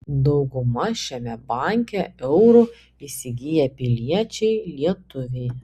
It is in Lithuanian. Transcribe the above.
dauguma šiame banke eurų įsigiję piliečiai lietuviai